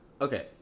Okay